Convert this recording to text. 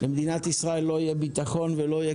למדינת ישראל לא יהיה ביטחון ולא יהיה